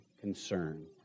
concern